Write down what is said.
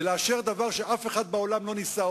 ולאשר דבר שאף אחד בעולם לא ניסה,